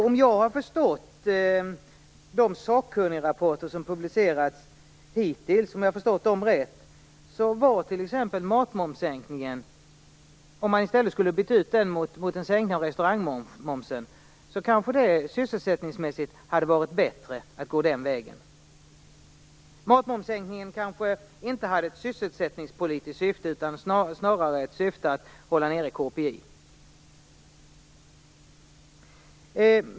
Om jag förstått de sakkunnigrapporter som hittills publicerats rätt är det så att om man t.ex. hade bytt ut matmomssänkningen mot en sänkning av restaurangmomsen, kanske det sysselsättningsmässigt hade varit bättre. Matmomssänkningen hade kanske inte ett sysselsättningspolitiskt syfte utan snarare syftet att hålla nere KPI.